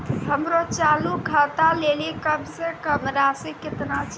हमरो चालू खाता लेली कम से कम राशि केतना छै?